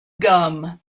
gum